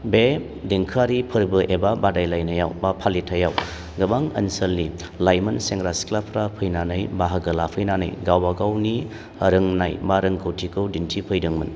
बे देंखोआरि फोरबो एबा बादायलायनायाव बा फालिथायाव गोबां ओनसोलनि लाइमोन सेंग्रा सिख्लाफ्रा फैनानै बाहागो लाफैनानै गावबागावनि रोंनाय बा रोंगौथिखौ दिनथिफैदोंमोन